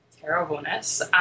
Terribleness